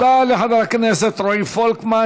תודה לחבר הכנסת רועי פולקמן.